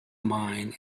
mine